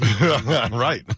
Right